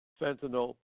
fentanyl